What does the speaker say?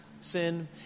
sin